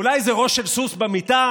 אולי איזה ראש של סוס במיטה?